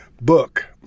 book